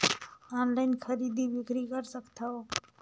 Online खरीदी बिक्री कर सकथव?